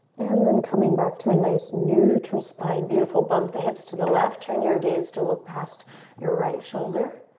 and then coming back to a nice neutral spine, beautiful. bump the hips to the left, turn your gaze to look past your right shoulder.